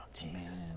Jesus